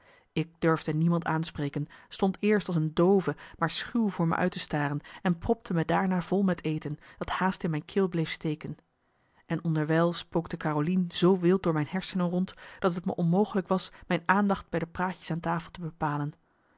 ik durfde niemand aanspreken stond eerst als een doove maar schuw voor me uit te staren en propte me daarna vol met eten dat haast in mijn keel bleef steken en onderwijl spookte carolien zoo wild door mijn hersenen rond dat het me onmogelijk was mijn aandacht bij de praatjes aan tafel te bepalen